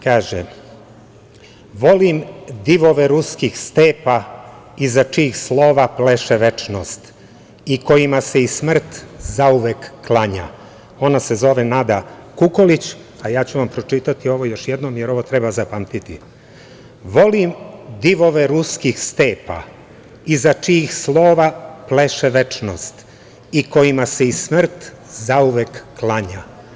Kaže: „Volim divove ruskih stepa iza čijih slova pleše večnost i kojima se i smrt zauvek klanja“ Ona se zove Nada Kukolić, a ja ću vam pročitati još jednom jer ovo treba zapamtiti „Volim divove ruskih stepa iza čijih slova pleše večnost i kojima se i smrt zauvek klanja“